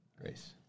Grace